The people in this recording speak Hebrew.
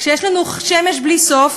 כשיש לנו שמש בלי סוף,